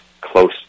close